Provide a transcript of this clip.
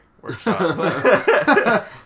workshop